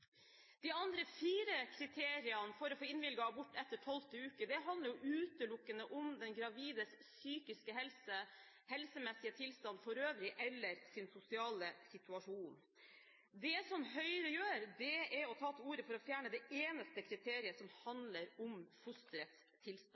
De andre fire kriteriene for å få innvilget abort etter tolvte uke handler utelukkende om den gravides psykiske helse, helsemessige tilstand for øvrig eller sosiale situasjon. Det Høyre gjør, er å ta til orde for å fjerne det eneste kriteriet som handler om fosterets tilstand.